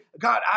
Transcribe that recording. God